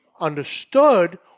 understood